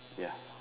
ya